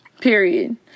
period